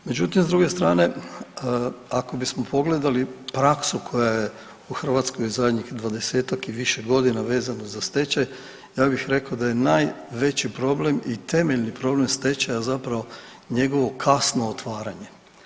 Međutim, s druge strane ako bismo pogledali praksu koja je u Hrvatskoj zadnjih dvadesetak i više godina vezano za stečaj ja bih rekao da je najveći problem i temeljni problem stečaja zapravo njegovo kasno otvaranje.